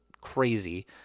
crazy